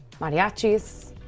mariachis